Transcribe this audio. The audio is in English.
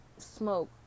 smoke